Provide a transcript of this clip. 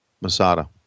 Masada